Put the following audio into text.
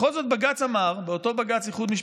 בכל זאת בג"ץ, באותו בג"ץ איחוד משפחות,